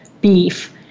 beef